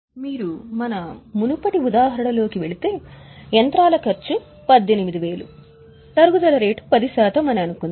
మీరు మన మునుపటి ఉదాహరణలోకి వెళితే యంత్రాల ఖర్చు 18000 తరుగుదల రేటు 10 శాతం అని అనుకుందాం